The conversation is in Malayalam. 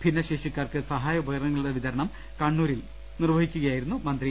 ഭിന്നശേഷിക്കാർക്ക് സഹായ ഉപകരണങ്ങളുടെ വിതരണം കണ്ണൂരിൽ ഉദ്ഘാടനം ചെയ്യുകയായിരുന്നു മന്ത്രി